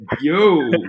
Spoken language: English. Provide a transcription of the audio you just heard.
yo